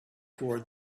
toward